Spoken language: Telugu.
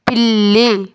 పిల్లి